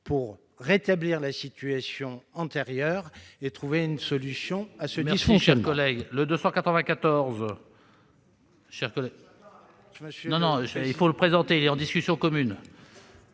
pour rétablir la situation antérieure et trouver une solution à ce